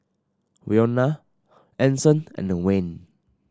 Wynona Anson and Wayne